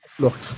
Look